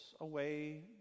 away